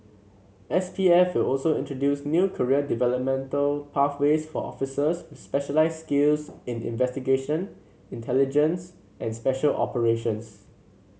S P F will also introduce new career developmental pathways for officers with specialised skills in investigation intelligence and special operations